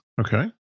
okay